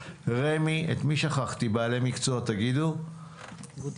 שחקן בליגת העל בכדוריד החליק,